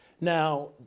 Now